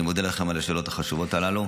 אני מודה לכם על השאלות החשובות הללו.